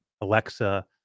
Alexa